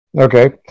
Okay